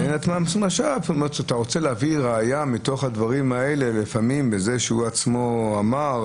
אתה רוצה להביא ראיה מתוך הדברים האלה שהוא עצמו אמר,